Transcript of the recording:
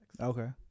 Okay